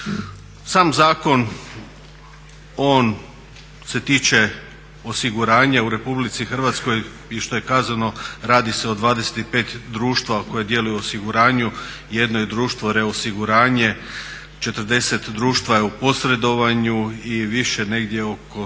Sam zakon on se tiče osiguranja u RH i što je kazano radi se o 25 društava koji djeluju u osiguranju, 1 je društvo reosiguranje, 40 društava je u posredovanju i više negdje oko 390